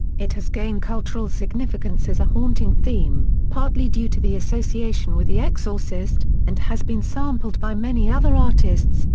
it has gained cultural significance as a haunting theme, partly due to the association with the exorcist, and has been sampled by many other artists,